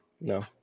no